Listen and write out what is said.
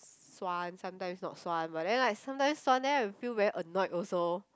suan sometimes not suan but then like sometime suan then I feel very annoyed also